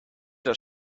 does